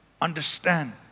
understand